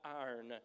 iron